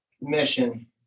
mission